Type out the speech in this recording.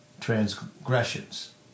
transgressions